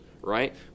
right